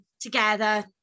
Together